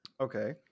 Okay